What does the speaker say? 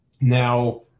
now